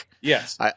Yes